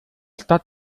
stadt